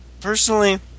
personally